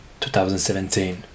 2017